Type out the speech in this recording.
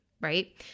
right